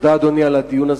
הדיון הזה.